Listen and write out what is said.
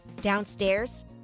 Downstairs